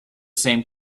same